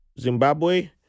Zimbabwe